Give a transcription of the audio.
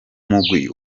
mugwi